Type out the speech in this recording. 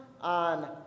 on